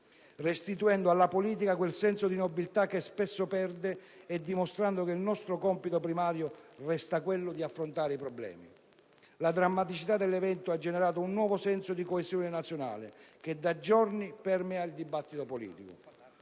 restituendo alla politica quel senso di nobiltà che spesso perde e dimostrando che il nostro compito primario resta quello di affrontare i problemi. La drammaticità dell'evento ha generato un nuovo senso di coesione nazionale, che da giorni permea il dibattito politico: